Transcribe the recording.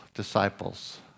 disciples